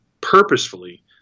purposefully